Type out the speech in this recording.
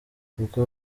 kuko